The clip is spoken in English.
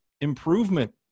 improvement